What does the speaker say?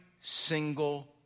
single